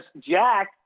Jack